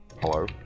Hello